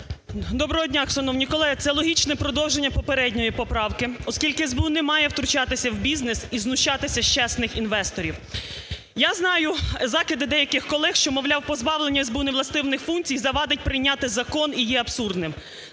Доброго дня, шановні колеги. Це логічне продовження попередньої поправки, оскільки СБУ не має втручатися в бізнес і знущатися з чесних інвесторів. Я знаю закиди деяких колег, що, мовляв, позбавлення СБУ невластивих функцій завадить прийняти закон є абсурдним.